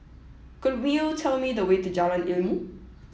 could you tell me the way to Jalan Ilmu